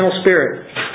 spirit